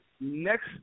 next